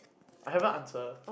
I haven't answer